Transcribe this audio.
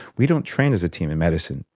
we don't train as a team in medicine.